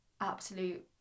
absolute